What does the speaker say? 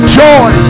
joy